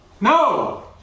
No